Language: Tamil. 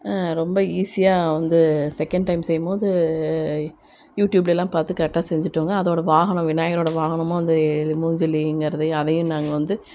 ரொம்ப ஈஸியாக வந்து செகண்ட் டைம் செய்யும்போது யூடியூப்லேலாம் பார்த்து கரெக்டாக செஞ்சுட்டோங்க அதோட வாகனம் விநாயகரோட வாகனமும் அந்த மூஞ்சலிங்கிறது அதையும் நாங்கள் வந்து